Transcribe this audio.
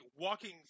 walking